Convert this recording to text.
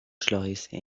schleuse